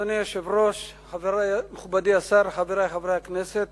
אדוני היושב-ראש, מכובדי השר, חברי חברי הכנסת,